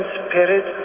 spirit